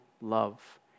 love